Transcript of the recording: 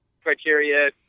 criteria